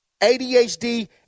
ADHD